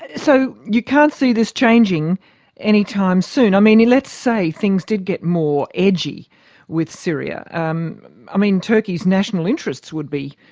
so, you can't see this changing any time soon? i mean, let's say things did get more edgy with syria. um i mean, turkey's national interests would be,